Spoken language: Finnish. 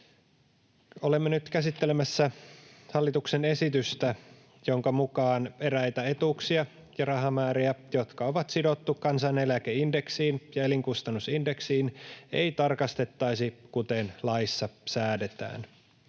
Olemme nyt käsittelemässä hallituksen esitystä, jonka mukaan eräitä etuuksia ja rahamääriä, jotka on sidottu kansaneläkeindeksiin ja elinkustannusindeksiin, ei tarkastettaisi, kuten laissa säädetään.